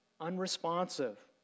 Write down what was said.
unresponsive